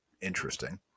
interesting